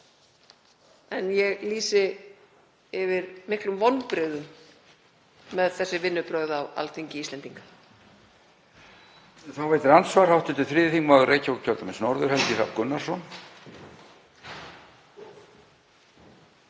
en ég lýsi yfir miklum vonbrigðum með þessi vinnubrögð á Alþingi Íslendinga.